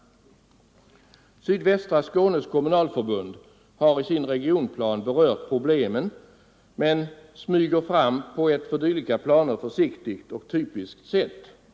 Sydvästra Skånes kommunalförbund har i sin regionplan berört problemet men ”smyger fram” på ett för dylika planer försiktigt och typiskt sätt.